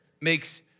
makes